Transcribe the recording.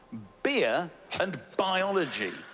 beer and biology.